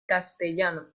castellano